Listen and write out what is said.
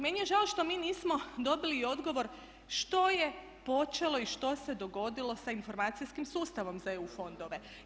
Meni je žao što mi nismo dobili i odgovor što je počelo i što se dogodilo sa informacijskim sustavom za EU fondove?